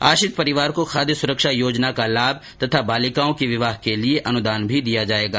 आश्रित परिवारों को खादय सुरक्षा योजना का लाभ तथा बालिकाओं के विवाह के लिये अनुदान भी दिया जायेगा